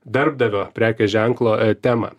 darbdavio prekės ženklo temą